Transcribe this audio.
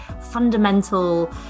fundamental